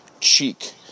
cheek